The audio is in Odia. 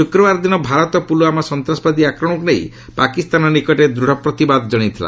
ଶୁକ୍ରବାର ଦିନ ଭାରତ ପୁଲ୍ୟୁମା ସନ୍ତାସବାଦୀ ଆକ୍ରମଣକୁ ନେଇ ପାକିସ୍ତାନ ନିକଟରେ ଦୂଢ଼ ପ୍ରତିବାଦ ଜଣାଇଥିଲା